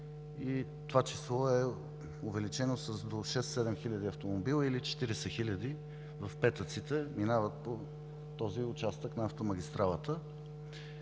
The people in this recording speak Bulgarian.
това число е увеличено с до 6-7 хиляди автомобила или 40 хиляди в петъците минават по този участък на автомагистралата.